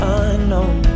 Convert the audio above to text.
unknown